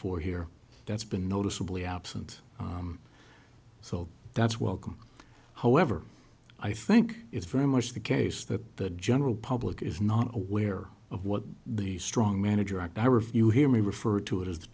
for here that's been noticeably absent so that's welcome however i think it's very much the case that the general public is not aware of what the strong manager act i refer you hear me refer to it